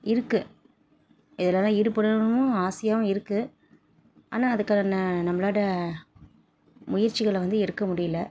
இருக்குது இதில் எல்லாம் ஈடுபடணும்னு ஆசையாகவும் இருக்குது ஆனால் அதுக்கான ந நம்மளோடய முயற்சிகளை வந்து எடுக்க முடியலை